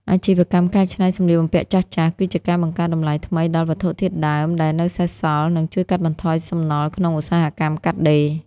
អាជីវកម្មកែច្នៃសម្លៀកបំពាក់ចាស់ៗ គឺជាការបង្កើតតម្លៃថ្មីដល់វត្ថុធាតុដើមដែលនៅសេសសល់ និងជួយកាត់បន្ថយសំណល់ក្នុងឧស្សាហកម្មកាត់ដេរ។